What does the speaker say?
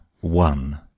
one